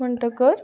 म्हणटकर